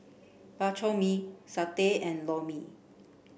bak chor mee satay and lor mee